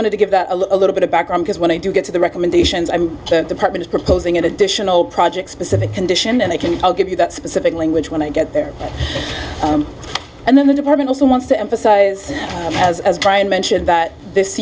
wanted to give that a little bit of background because when i do get to the recommendations i'm departments proposing additional projects specific condition and they can i'll give you that specific language when i get there and then the department also wants to emphasize as brian mentioned that this